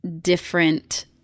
different